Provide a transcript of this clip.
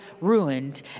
ruined